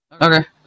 Okay